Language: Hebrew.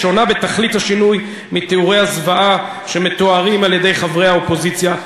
שונה בתכלית השינוי מתיאורי הזוועה שמתוארים על-ידי חברי האופוזיציה.